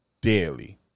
daily